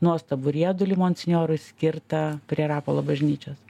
nuostabų riedulį monsinjorui skirtą prie rapolo bažnyčios